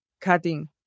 cutting